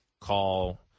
call